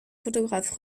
photographe